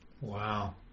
Wow